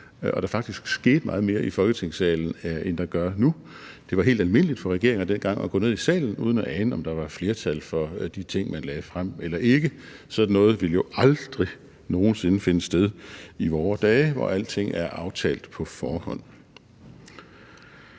skete meget mere i Folketingssalen, end der gør nu. Det var helt almindeligt for regeringer dengang at gå ned i salen uden at ane, om der var et flertal for de ting, man lagde frem, eller ikke. Sådan noget ville jo aldrig nogen sinde finde sted i vore dage, hvor alting er aftalt på forhånd.